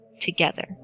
together